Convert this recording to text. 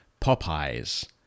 Popeye's